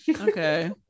okay